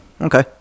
Okay